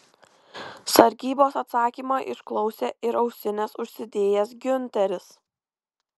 sargybos atsakymą išklausė ir ausines užsidėjęs giunteris